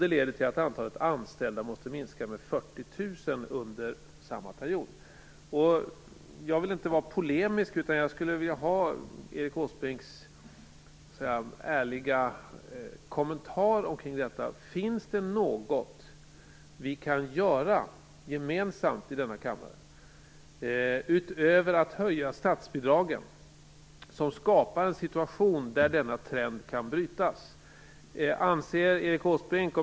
Det leder till att antalet anställda måste minska med 40 000 under samma period. Jag vill inte vara polemisk, utan jag skulle vilja ha Erik Åsbrinks ärliga kommentar till detta. Finns det något vi kan göra gemensamt i denna kammare utöver att höja statsbidragen för att skapa en situation där denna trend kan brytas?